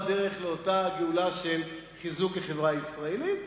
דרך לאותה גאולה של חיזוק החברה הישראלית.